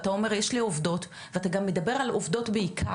ואתה אומר יש לי עובדות ואתה גם מדבר על עובדות בעיקר,